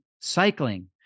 cycling